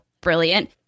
Brilliant